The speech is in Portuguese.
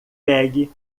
pegue